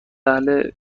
اهل